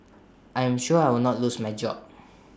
I am sure I will not lose my job